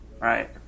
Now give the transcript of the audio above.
Right